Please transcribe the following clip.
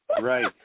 right